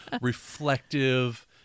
reflective